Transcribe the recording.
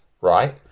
right